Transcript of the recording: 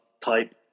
type